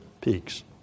peaks